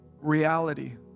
reality